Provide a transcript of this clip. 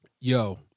yo